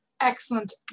excellent